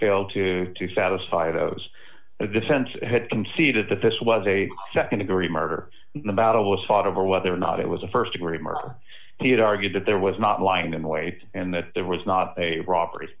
failed to to satisfy those the defense had conceded that this was a nd degree murder the battle was fought over whether or not it was a st degree murder he had argued that there was not lying in the way and that there was not a robbery